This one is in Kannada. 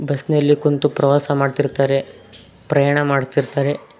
ಬಸ್ನಲ್ಲಿ ಕುಳ್ತು ಪ್ರವಾಸ ಮಾಡ್ತಿರ್ತಾರೆ ಪ್ರಯಾಣ ಮಾಡ್ತಿರ್ತಾರೆ